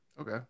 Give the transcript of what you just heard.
Okay